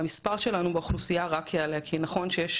המספר שלנו באוכלוסייה רק יעלה וככל שיש